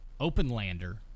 Openlander